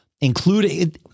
including –